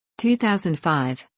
2005